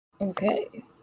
Okay